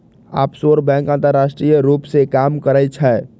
offshore bank अंतरराष्ट्रीय रूप से काम करइ छइ